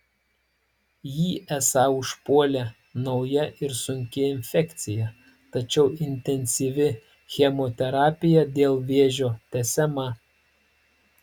jį esą užpuolė nauja ir sunki infekcija tačiau intensyvi chemoterapija dėl vėžio tęsiama